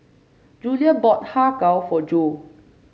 Julio bought Har Kow for Jo